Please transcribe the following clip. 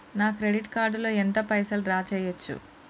నా credit card లో ఎంత పైసల్ డ్రా చేయచ్చు?